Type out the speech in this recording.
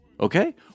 Okay